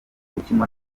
ukinwa